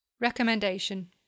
Recommendation